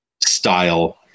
style